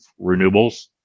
renewables